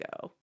go